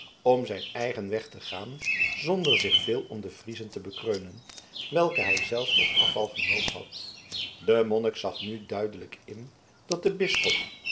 om zijn eigen weg te gaan zonder zich veel om de friezen te bekreunen welke hij zelf tot afval genoopt had de monnik zag nu duidelijk in dat de bisschop